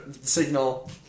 signal